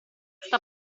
sta